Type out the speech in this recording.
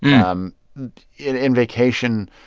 um in in vacation,